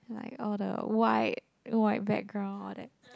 like all the white white background all that uh